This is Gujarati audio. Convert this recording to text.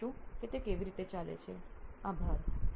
આપણે જોઈશું કે તે કેવી રીતે ચાલે છે આભાર